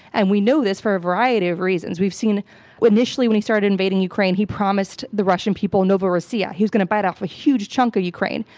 and we know this for a variety of reasons. we've seen initially when he started invading ukraine, he promised the russian people novorossiya. he was gonna bite off a huge chunk of ukraine.